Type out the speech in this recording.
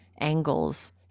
angles